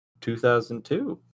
2002